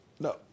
No